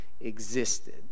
existed